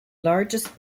largest